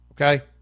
Okay